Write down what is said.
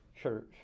church